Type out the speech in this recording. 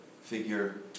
figure